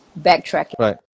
backtracking